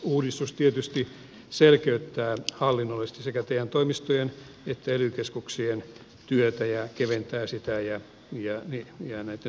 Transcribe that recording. uudistus tietysti selkeyttää hallinnollisesti sekä te toimistojen että ely keskuksien työtä ja keventää sitä ja näitten tukien maksatusta